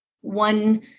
one